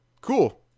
Cool